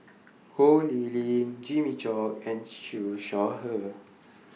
Ho Lee Ling Jimmy Chok and Siew Shaw Her